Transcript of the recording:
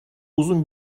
uzun